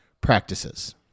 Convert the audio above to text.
practices